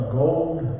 gold